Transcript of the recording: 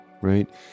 Right